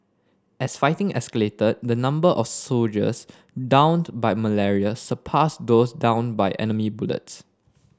as fighting escalated the number of soldiers downed by malaria surpassed those downed by enemy bullets